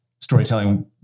storytelling